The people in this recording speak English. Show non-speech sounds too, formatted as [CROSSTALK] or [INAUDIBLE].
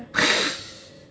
[LAUGHS]